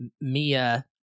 Mia